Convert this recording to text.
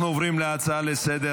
אנחנו עוברים להצעה לסדר-היום